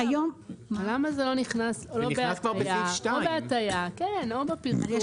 למה זה לא נכנס או בהטעיה או בפרסום?